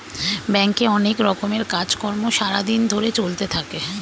ব্যাংকে অনেক রকমের কাজ কর্ম সারা দিন ধরে চলতে থাকে